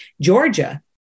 Georgia